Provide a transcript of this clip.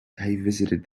visited